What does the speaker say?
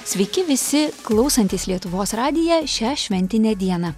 sveiki visi klausantys lietuvos radiją šią šventinę dieną